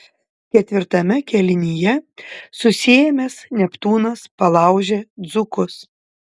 ketvirtame kėlinyje susiėmęs neptūnas palaužė dzūkus